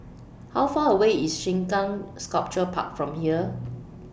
How Far away IS Sengkang Sculpture Park from here